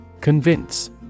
Convince